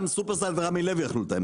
גם שופרסל ורמי לוי יכלו לתאם.